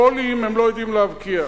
גולים הם לא יודעים להבקיע.